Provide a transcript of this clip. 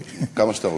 כמה שאתה רוצה.